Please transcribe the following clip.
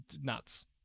nuts